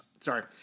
Sorry